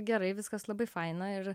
gerai viskas labai faina ir